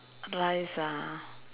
rice ah